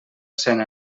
cent